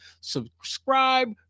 Subscribe